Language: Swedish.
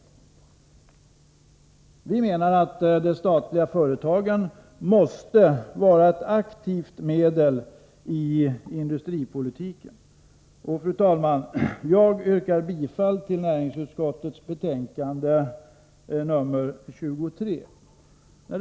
Vi anser att det statliga företagandet måste vara ett aktivt medel i näringspolitiken. Fru talman! Jag yrkar bifall till hemställan i näringsutskottets betänkande 23.